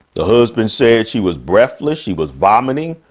the husband said she was breathless. she was vomiting.